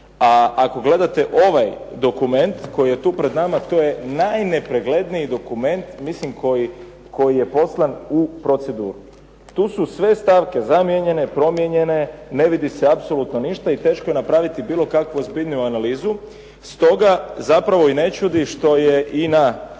a ako gledate ovaj dokument koji je tu pred nama, to je najpregledniji dokument, mislim koji je poslan u proceduru. Tu su sve stavke zamijenjene, promijenjene, ne vidi se apsolutno ništa i teško je napraviti bilo kakvu ozbiljniju analizu. Stoga zapravo i ne čudi što je i na